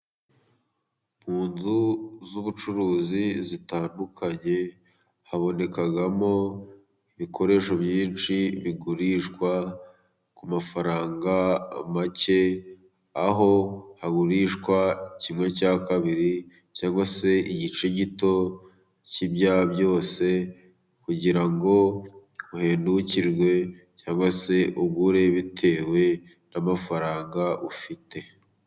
Mu nzu z'ubucuruzi zitandukanye habonekamo ibikoresho byinshi bigurishwa ku mafaranga make, aho hagurishwa kimwe cya kabiri cyangwa se igice gito cy'ibya byose kugira ngo uhendukirwe cyangwa se ugure bitewe n'amafaranga ufite.